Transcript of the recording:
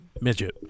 midget